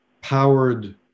powered